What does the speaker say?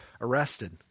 arrested